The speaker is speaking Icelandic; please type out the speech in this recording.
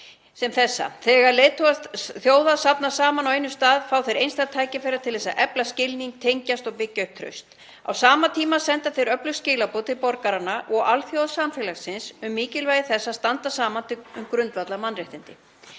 sem þessa. Þegar leiðtogar þjóða safnast saman á einum stað fá þeir einstakt tækifæri til þess að efla skilning, tengjast og byggja upp traust. Á sama tíma senda þeir öflug skilaboð til borgaranna og alþjóðasamfélagsins um mikilvægi þess að standa saman um grundvallarmannréttindi.